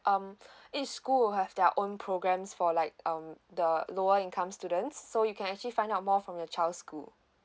um each school have their own programmes for like um the lower income students so you can actually find out more from your child's school